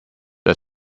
are